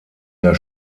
der